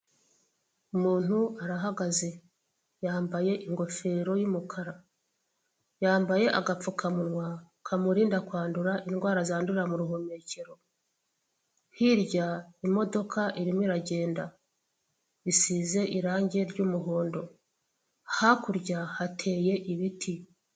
Umuntu arahagaze. Yambaye ingofero y'umukara. Yambaye agapfukamunwa kamurinda kwandura indwara zandurira mu ruhumekero. Hirya imodoka irimo iragenda. Isize irange ry'umuhondo. Hakurya hateye ibiti.